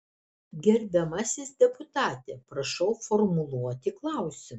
gerbiamasis deputate prašau formuluoti klausimą